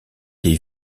des